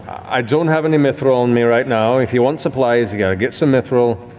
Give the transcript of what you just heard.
i don't have any mithral on me right now. if you want supplies, you got to get some mithral,